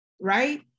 right